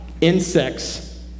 insects